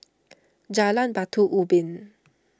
Jalan Batu Ubin